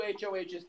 HOHs